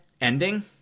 ending